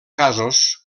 casos